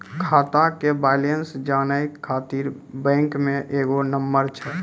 खाता के बैलेंस जानै ख़ातिर बैंक मे एगो नंबर छै?